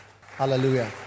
Hallelujah